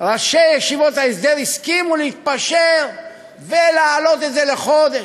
ראשי ישיבות ההסדר הסכימו להתפשר ולהעלות את זה בחודש,